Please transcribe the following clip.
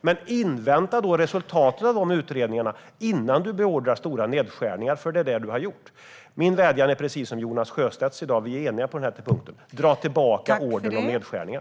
Men invänta då resultaten av utredningarna innan du beordrar stora nedskärningar, som du har gjort! Min vädjan är precis som Jonas Sjöstedts i dag - vi är eniga på den här punkten: Dra tillbaka ordern om nedskärningar!